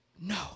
no